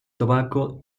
tobacco